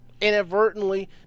Inadvertently